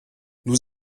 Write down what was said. nous